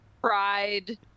pride